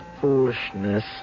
foolishness